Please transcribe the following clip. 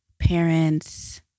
parents